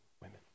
women